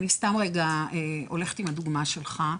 מירושלים, אני סתם רגע הולכת עם הדוגמה שלך.